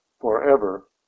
forever